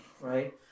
right